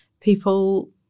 people